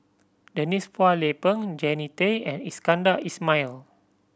Denise Phua Lay Peng Jannie Tay and Iskandar Ismail